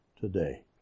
today